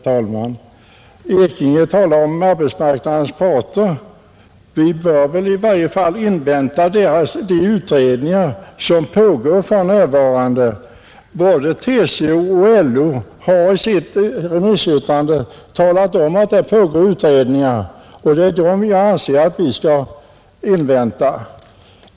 Herr talman! Herr Ekinge talar om arbetsmarknadens parter. Vi bör väl i varje fall invänta de utredningar som pågår för närvarande. Både TCO och LO har i sina remissyttranden anfört att utredningar pågår — och det är dem jag anser att vi skall invänta.